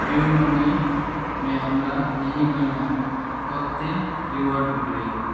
पेयूमनीमे हमरा एहि महिना कते रिवार्ड भेटलै